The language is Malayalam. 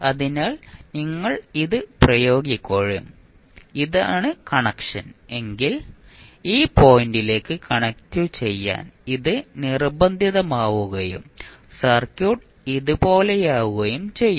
അതിനാൽ നിങ്ങൾ ഇത് പ്രയോഗിക്കുകയും ഇതാണ് കണക്ഷൻ എങ്കിൽ ഈ പോയിന്റിലേക്ക് കണക്റ്റുചെയ്യാൻ ഇത് നിർബന്ധിതമാവുകയും സർക്യൂട്ട് ഇതുപോലെയാകുകയും ചെയ്യും